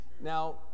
Now